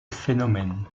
phénomène